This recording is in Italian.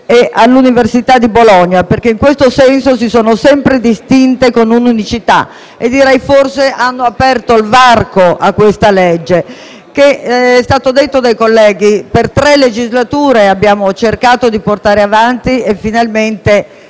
e all'Università di Bologna perché in questo senso si sono sempre distinte con unicità e direi che forse hanno aperto il varco a questo disegno di legge che, come è stato detto dai colleghi, per tre legislature abbiamo cercato di portare avanti e finalmente